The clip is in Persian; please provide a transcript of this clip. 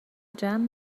جمع